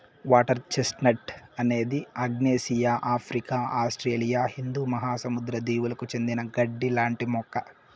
water chestnut అనేది ఆగ్నేయాసియా, Africa, Australia హిందూ మహాసముద్ర దీవులకు చెందిన గడ్డి లాంటి మొక్క